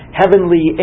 heavenly